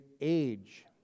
age